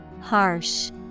Harsh